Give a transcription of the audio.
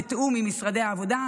לתיאום עם משרדי העבודה,